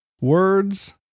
words